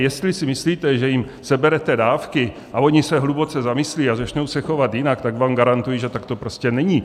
Jestli si myslíte, že jim seberete dávky, oni se hluboce zamyslí a začnou se chovat jinak, tak vám garantuji, že tak to prostě není.